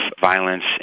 violence